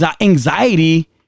anxiety